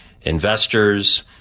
investors